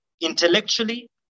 intellectually